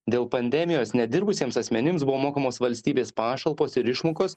dėl pandemijos nedirbusiems asmenims buvo mokamos valstybės pašalpos ir išmokos